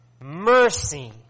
mercy